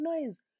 noise